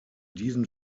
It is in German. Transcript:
diesen